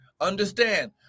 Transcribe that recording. understand